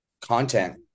content